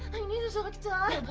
i, i need a so like doctor.